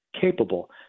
Capable